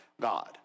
God